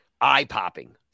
eye-popping